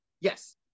Yes